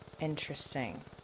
interesting